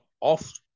off